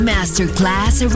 Masterclass